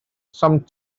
some